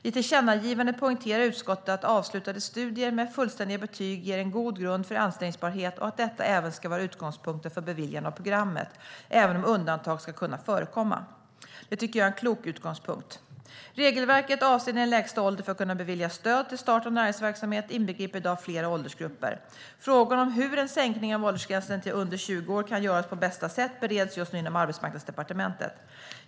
I tillkännagivandet poängterar utskottet att avslutade studier med fullständiga betyg ger en god grund för anställbarhet och att detta även ska vara utgångspunkten för beviljande av programmet, även om undantag ska kunna förekomma. Det tycker jag är en klok utgångspunkt. Regelverket avseende en lägsta ålder för att kunna beviljas stöd till start av näringsverksamhet inbegriper i dag flera åldersgrupper. Frågan om hur en sänkning av åldersgränsen till under 20 år kan göras på bästa sätt bereds just nu inom Arbetsmarknadsdepartement.